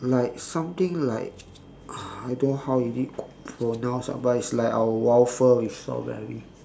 like something like I don't know how is it pronounced ah but it's like our waffle with strawberry